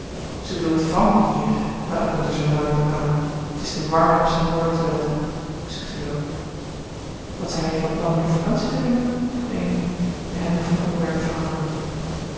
ze bedoelt vampier maar dat komt er zoo nauw niet op aan het is te warm om op zijn woorden te letten zuchtte jo wat zijn jullie van plan in de vacantie te doen vroeg amy behendig van onderwerp veranderend